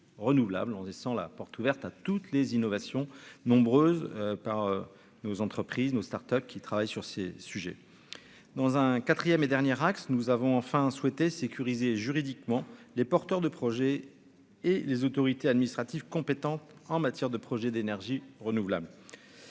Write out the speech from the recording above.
renouvelables en laissant la porte ouverte à toutes les innovations nombreuses par nos entreprises, nos Start-Up qui travaille sur ces sujets dans un 4ème et dernier axe, nous avons enfin souhaité sécuriser juridiquement les porteurs de projets et les autorités administratives compétentes en matière de projets d'énergies renouvelables